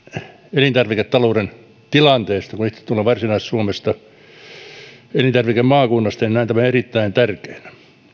elintarviketalouden tilanteesta kun itse tulen varsinais suomesta elintarvikemaakunnasta näen tämän erittäin tärkeänä